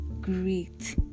great